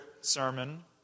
sermon